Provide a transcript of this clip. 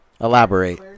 elaborate